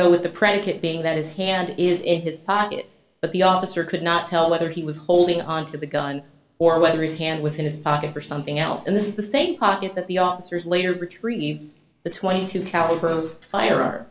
though with the predicate being that his hand is in his pocket but the officer could not tell whether he was holding on to the gun or whether his hand was in his pocket for something else and this is the same pocket that the officers later retrieve the twenty two caliber fire